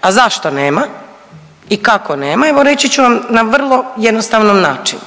A zašto nema i kako nema, evo reći ću vam na vrlo jednostavan način.